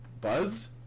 Buzz